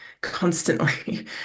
constantly